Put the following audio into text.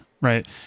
right